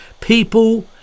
people